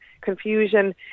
confusion